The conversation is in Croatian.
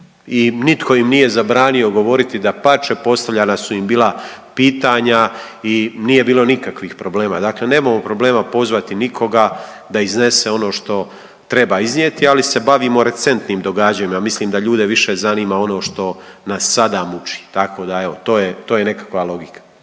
i nitko im nije zabranio govoriti. Dapače, postavljana su im bila pitanja i nije bilo nikakvih problema. Dakle, nemamo problema pozvati nikoga da iznese ono što treba iznijeti. Ali se bavimo recentnim događanjima. Mislim da ljude više zanima ono što nas sada muči tako da evo to je nekakva logika.